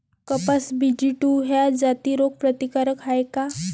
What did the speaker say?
कपास BG two ह्या जाती रोग प्रतिकारक हाये का?